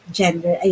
gender